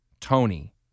Tony